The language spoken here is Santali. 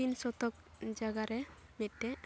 ᱛᱤᱱ ᱥᱚᱛᱚᱠ ᱡᱟᱭᱜᱟᱨᱮ ᱢᱤᱫᱴᱮᱱ